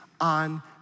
on